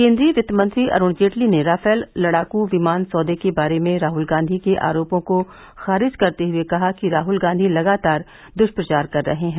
केन्द्रीय वित्तमंत्री अरुण जेटली ने राफेल लड़ाकू विमान सौदे के बारे में राहुल गांधी के आरोपों को खारिज करते हुए कहा कि राहुल गांधी लगातार दुष्प्रचार कर रहे हैं